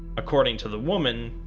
according to the woman,